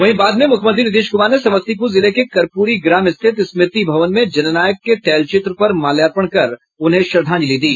वहीं मुख्यमंत्री नीतीश कुमार ने समस्तीपुर जिले के कर्पूरी ग्राम स्थित स्मृति भवन में जननायक के तैलचित्र पर माल्यार्पण कर उन्हें श्रद्धांजलि दी